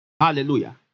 Hallelujah